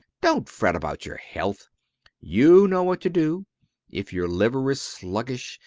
dont fret about your health you know what to do if your liver is sluggish,